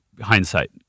hindsight